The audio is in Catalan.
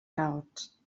calbs